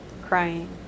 crying